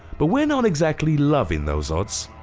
but we're not exactly loving those odds.